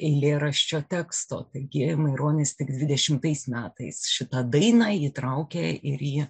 eilėraščio teksto tagi g maironis tik dvidešimtais metais šitą dainą įtraukė ir į